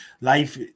Life